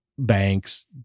banks